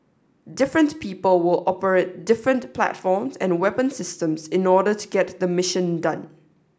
different people will operate different platforms and weapon systems in order to get the mission done